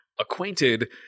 Acquainted